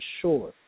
sure